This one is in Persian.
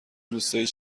روستایی